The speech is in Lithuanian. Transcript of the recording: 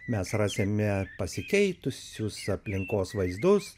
mes rasime pasikeitusius aplinkos vaizdus